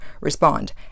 respond